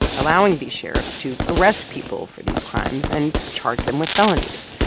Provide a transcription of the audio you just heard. allowing these sheriffs to arrest people for these crimes and charge them with felonies